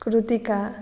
Kritika